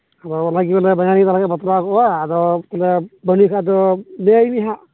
ᱟᱫᱚ ᱚᱱᱟ ᱜᱮ ᱵᱚᱞᱮ ᱵᱟᱦᱚᱧᱟᱨᱤᱧ ᱮ ᱛᱟᱦᱮᱸᱱᱠᱷᱟᱱ ᱵᱟᱛᱞᱟᱣ ᱠᱚᱜᱼᱟ ᱟᱫᱚ ᱵᱟᱱᱩᱭ ᱠᱷᱟᱱ ᱟᱫᱚ ᱞᱟᱹᱭᱟᱭ ᱢᱮ ᱦᱟᱸᱜ